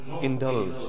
indulge